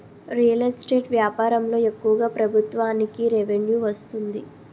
real estate వ్యాపారంలో ఎక్కువగా ప్రభుత్వానికి రెవెన్యూ వస్తుంది